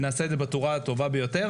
ונעשה את זה בצורה הטובה ביותר,